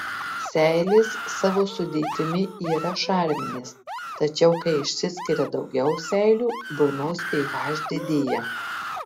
seilės savo sudėtimi yra šarminės tačiau kai išsiskiria daugiau seilių burnos ph didėja